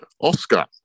Oscar